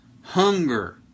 Hunger